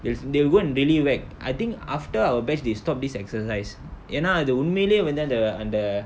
is they'll go and really whack I think after our batch they stop this exercise ஏனா அது உண்மைலயே வந்து அந்த அந்த:yaenaa athu unmailayae vanthu antha antha